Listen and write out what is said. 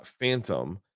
Phantom